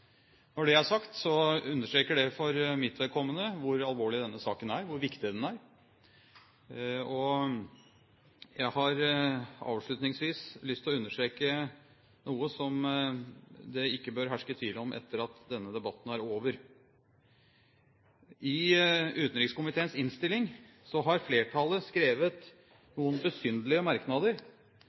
Når det er sagt, understreker det for mitt vedkommende hvor alvorlig denne saken er, hvor viktig den er. Jeg har avslutningsvis lyst til å understreke noe som det ikke bør herske tvil om etter at denne debatten er over. I utenrikskomiteens innstilling har flertallet skrevet noen besynderlige merknader